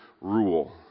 rule